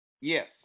Yes